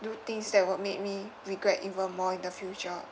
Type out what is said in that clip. do things that will make me regret even more in the future